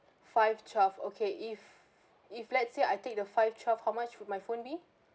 five twelve okay if if let's say I take the five twelve how much will my phone be